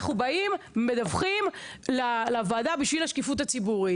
אנחנו באים ומדווחים לוועדה בשביל השקיפות הציבורית.